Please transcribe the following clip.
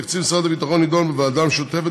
תקציב משרד הביטחון יידון בוועדה משותפת